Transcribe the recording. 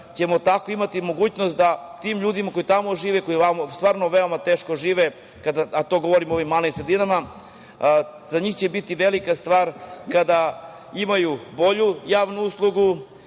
ćemo tako imati mogućnost da tim ljudima koji tamo žive, koji stvarno veoma teško žive u tim malim sredinama, za njih će biti velika stvar kada imaju bolju javnu uslugu,